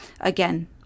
Again